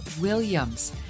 Williams